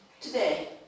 today